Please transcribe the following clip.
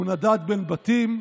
הוא נדד בין בתים,